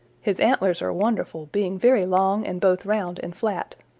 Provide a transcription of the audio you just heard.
his antlers are wonderful, being very long and both round and flat.